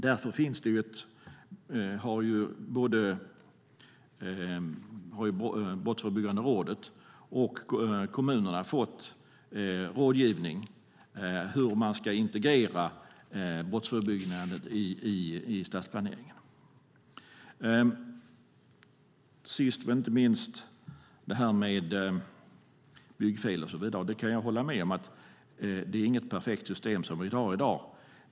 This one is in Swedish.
Därför har både Brottsförebyggande rådet och kommunerna fått rådgivning om hur man ska integrera brottsförebyggandet i stadsplaneringen. Sist men inte minst handlar det om byggfel och så vidare. Jag kan hålla med om att det inte är något perfekt system som vi har i dag.